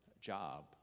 job